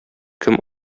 кем